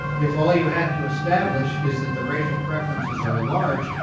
if all you have to establish is that the racial preferences are large,